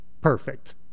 perfect